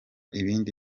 ibindi